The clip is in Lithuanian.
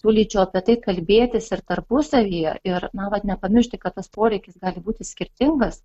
siūlyčiau apie tai kalbėtis ir tarpusavyje ir na vat nepamiršti kad tas poreikis gali būti skirtingas